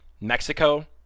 Mexico